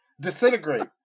disintegrate